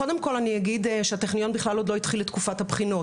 קודם כל אני אגיד שהטכניון בכלל עוד לא התחיל את תקופת הבחינות.